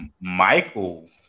Michael